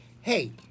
hey